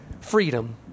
freedom